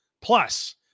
Plus